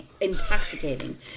intoxicating